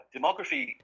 Demography